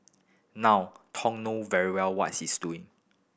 now Thong know very well what he is doing